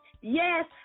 Yes